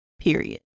Period